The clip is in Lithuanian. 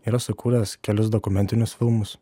yra sukūręs kelius dokumentinius filmus